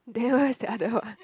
then where's the other one